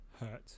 hurt